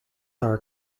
are